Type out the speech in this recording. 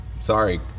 sorry